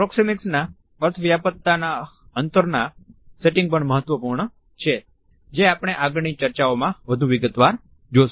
પ્રોક્ષિમિક્સના અર્થવ્યાપ્તના અંતરના સેટિંગ્સ પણ મહત્વપૂર્ણ છે જે આપણે આગળની ચર્ચાઓમાં વધુ વિગતવાર જોશું